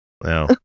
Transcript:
no